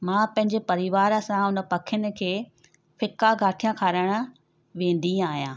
मां पंहिंजे परिवार सां हुन पखियुनि खे फिका गाठिया खाराइण वेंदी आहियां